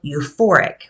euphoric